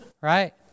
Right